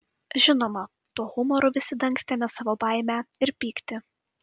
žinoma tuo humoru visi dangstėme savo baimę ir pyktį